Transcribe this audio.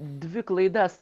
dvi klaidas